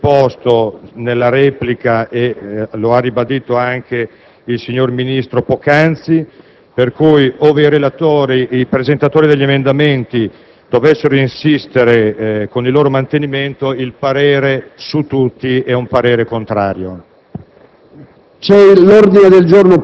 Nel merito, abbiamo già risposto nella replica e lo ha ribadito anche il signor Ministro poc'anzi, per cui, ove i presentatori degli emendamenti dovessero insistere per il loro mantenimento, il parere su tutti è un parere contrario.